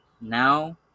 Now